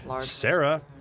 Sarah